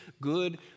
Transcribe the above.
good